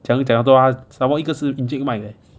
讲一讲都他 some more 一个是一个是 encik 卖的 leh